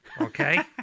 okay